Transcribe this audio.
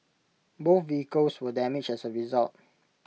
both vehicles were damaged as A result